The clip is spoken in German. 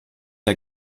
der